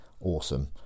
awesome